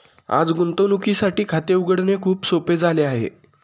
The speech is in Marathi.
आज गुंतवणुकीसाठी खाते उघडणे खूप सोपे झाले आहे